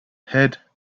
head